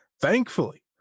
thankfully